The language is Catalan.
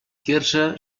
quirze